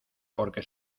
porque